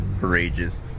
courageous